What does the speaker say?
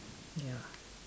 ya